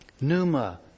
Numa